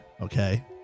okay